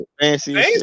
Fancy